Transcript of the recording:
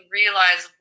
realize